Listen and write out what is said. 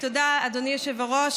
תודה, אדוני היושב-ראש.